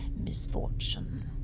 misfortune